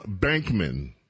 Bankman